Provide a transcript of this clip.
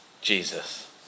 Jesus